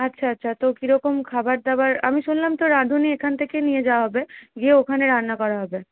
আচ্ছা আচ্ছা তো কিরকম খাবার দাবার আমি শুনলাম তো রাঁধুনি এখান থেকে নিয়ে যাওয়া হবে গিয়ে ওখানে রান্না করা হবে